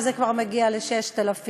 וזה כבר מגיע ל-6000,